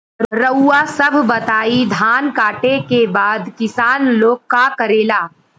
रउआ सभ बताई धान कांटेके बाद किसान लोग का करेला?